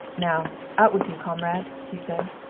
now, out with you, comrade! he said.